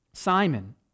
Simon